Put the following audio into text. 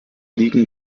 liegen